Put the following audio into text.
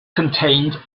contained